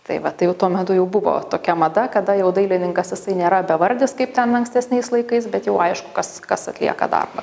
tai va tai jau tuo metu jau buvo tokia mada kada jau dailininkas jisai nėra bevardis kaip ten ankstesniais laikais bet jau aišku kas kas atlieka darbą